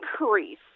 increase